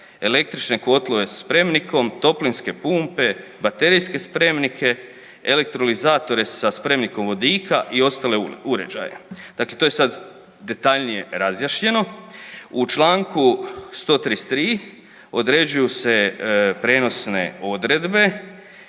električne kotlove spremnikom, toplinske pumpe, baterijske spremnike, elektroliazatore sa spremnikom vodika i ostale uređaje. Dakle, to je sada detaljnije razjašnjeno. U čl. 133. određuju se prijenosne odredbe